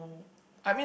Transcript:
I mean